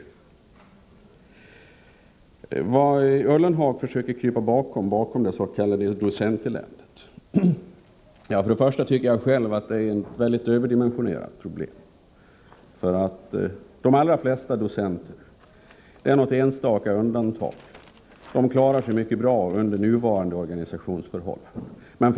Jörgen Ullenhag försöker krypa bakom det s.k. docenteländet. Jag tycker själv att det är ett mycket överdimensionerat problem. De allra flesta docenter, med något enstaka undantag, klarar sig mycket bra under nuvarande organisationsförhållanden.